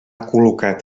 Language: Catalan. col·locat